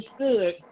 understood –